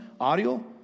audio